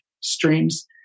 streams